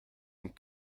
sont